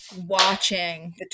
watching